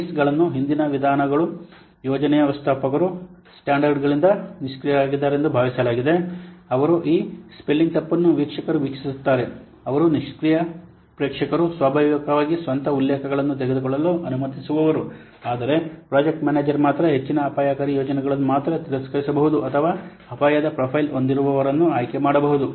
ಟ್ರೀಸ್ಗಳನ್ನುಹಿಂದಿನ ವಿಧಾನಗಳು ಯೋಜನಾ ವ್ಯವಸ್ಥಾಪಕರು ಸ್ಟ್ಯಾಂಡರ್ಗಳಿಂದ ನಿಷ್ಕ್ರಿಯರಾಗಿದ್ದಾರೆಂದು ಭಾವಿಸಲಾಗಿದೆ ಅವರು ಈ ಸ್ಪೆಲ್ಲಿಂಗ್ ತಪ್ಪನ್ನು ವೀಕ್ಷಕರು ವೀಕ್ಷಿಸುತ್ತಾರೆ ಅವರು ನಿಷ್ಕ್ರಿಯ ಪ್ರೇಕ್ಷಕರು ಸ್ವಾಭಾವಿಕವಾಗಿ ಸ್ವಂತ ಉಲ್ಲೇಖಗಳನ್ನು ತೆಗೆದುಕೊಳ್ಳಲು ಅನುಮತಿಸುವವರು ಅಂದರೆ ಪ್ರಾಜೆಕ್ಟ್ ಮ್ಯಾನೇಜರ್ ಮಾತ್ರ ಹೆಚ್ಚಿನ ಅಪಾಯಕಾರಿ ಯೋಜನೆಗಳನ್ನು ಮಾತ್ರ ತಿರಸ್ಕರಿಸಬಹುದು ಅಥವಾ ಅಪಾಯದ ಪ್ರೊಫೈಲ್ ಹೊಂದಿರುವವರನ್ನು ಆಯ್ಕೆ ಮಾಡಬಹುದು